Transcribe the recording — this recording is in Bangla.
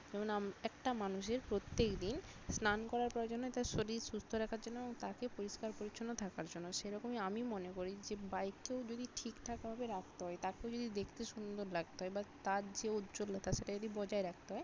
যেমন একটা মানুষের প্রত্যেক দিন স্নান করার প্রয়োজন হয় তার শরীর সুস্থ রাখার জন্য ও তাকে পরিষ্কার পরিচ্ছন্ন থাকার জন্য সেরকমই আমি মনে করি যে বাইককেও যদি ঠিকঠাকভাবে রাখতে হয় তাকেও যদি দেখতে সুন্দর লাগতে হয় বা তার যে উজ্জ্বলতা সেটা যদি বজায় রাখতে হয়